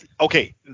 okay